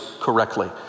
correctly